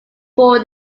four